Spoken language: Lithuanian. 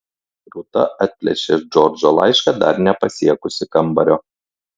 rūta atplėšė džordžo laišką dar nepasiekusi kambario